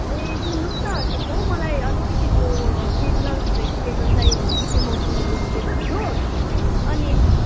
ए सुन्नुहोस् न के पो मलाई अलिकति त्यो सिजनल भेजिटेबल चाहिएको थियो कि त्यो मौसमी भेजिटेबलहरू अनि